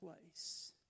place